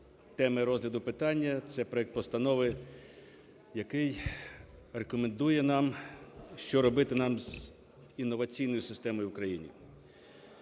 теми розгляду питання – це проект постанови, який рекомендує нам, що робити нам з інноваційною системою в Україні.